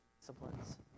disciplines